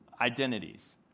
identities